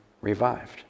revived